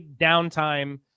downtime